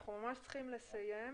אנחנו ממש צריכים לסיים.